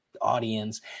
audience